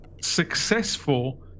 successful